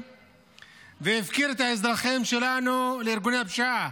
והפקיר את האזרחים שלנו לארגוני הפשיעה.